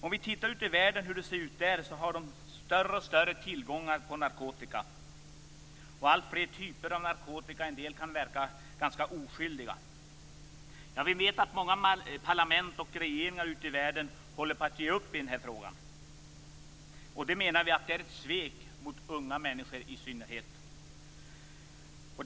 Om vi tittar på hur det ser ut ute i världen ser vi att tillgången på narkotika blir större och större. Alltfler typer av narkotika dyker upp, varav en del kan verka ganska oskyldiga. Vi vet att många parlament och regeringar ute i världen håller på att ge upp i den här frågan. Det, menar vi, är ett svek mot i synnerhet unga människor.